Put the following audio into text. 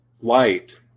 light